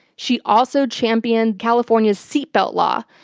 she also championed california's seatbelt law,